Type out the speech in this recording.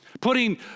putting